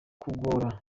kugora